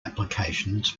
applications